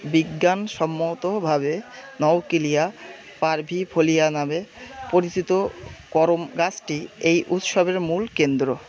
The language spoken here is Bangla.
বিজ্ঞানসম্মতভাবে নওকিলিয়া পারভিফোলিয়া নামে পরিচিত করম গাছটি এই উৎসবের মূল কেন্দ্র